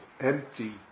empty